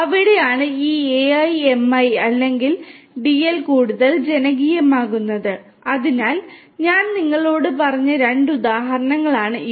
അവിടെയാണ് ഈ AI ML അല്ലെങ്കിൽ DL കൂടുതൽ ജനകീയമാകുന്നത് അതിനാൽ ഞാൻ നിങ്ങളോട് പറഞ്ഞ 2 ഉദാഹരണങ്ങളാണ് ഇവ